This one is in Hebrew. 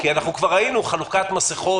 כי כבר ראינו חלוקת מסכות,